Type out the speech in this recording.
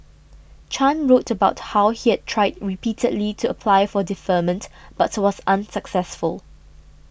Chan wrote about how he had tried repeatedly to apply for deferment but was unsuccessful